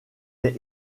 est